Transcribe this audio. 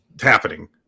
happening